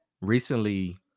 recently